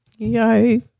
Yikes